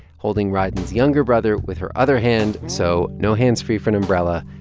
holding rieden's younger brother with her other hand, so no hands free for an umbrella.